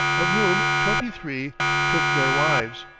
of whom twenty-three took their wives.